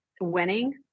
winning